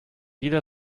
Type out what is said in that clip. jeder